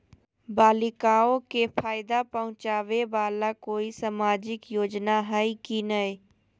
बालिकाओं के फ़ायदा पहुँचाबे वाला कोई सामाजिक योजना हइ की नय?